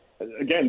Again